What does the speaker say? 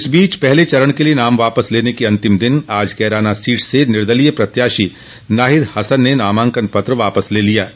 इस बीच पहले चरण के लिए नाम वापस लेने के अंतिम दिन आज कैराना सीट से निर्दलीय प्रत्याशी नाहिद हसन ने नामांकन पत्र वापस ले लिया है